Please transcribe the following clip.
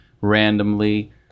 randomly